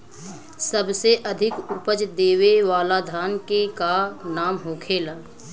सबसे अधिक उपज देवे वाला धान के का नाम होखे ला?